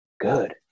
good